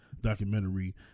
documentary